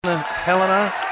Helena